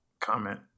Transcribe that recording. Comment